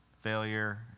failure